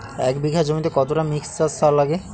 এক বিঘা জমিতে কতটা মিক্সচার সার লাগে?